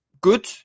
good